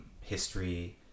history